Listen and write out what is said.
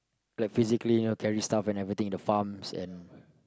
like physically you know carry stuff and everything the farms and